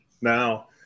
now